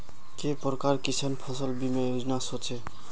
के प्रकार किसान फसल बीमा योजना सोचें?